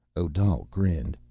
odal grinned.